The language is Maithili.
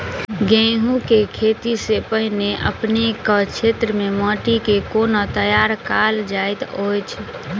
गेंहूँ केँ खेती सँ पहिने अपनेक केँ क्षेत्र मे माटि केँ कोना तैयार काल जाइत अछि?